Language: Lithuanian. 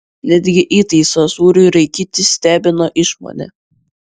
netgi įtaisas sūriui raikyti stebino išmone